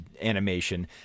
animation